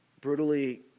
brutally